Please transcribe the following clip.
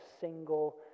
single